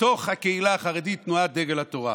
בתוך הקהילה החרדית תנועת דגל התורה.